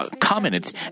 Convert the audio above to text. commented